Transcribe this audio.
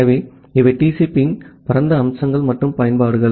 எனவே இவை TCP இன் பரந்த அம்சங்கள் மற்றும் பயன்பாடுகள்